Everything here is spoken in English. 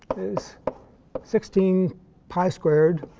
is sixteen pi squared